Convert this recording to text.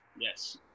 Yes